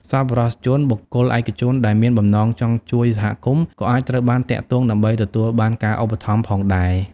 សប្បុរសជន បុគ្គលឯកជនដែលមានបំណងចង់ជួយសហគមន៍ ក៏អាចត្រូវបានទាក់ទងដើម្បីទទួលបានការឧបត្ថម្ភផងដែរ។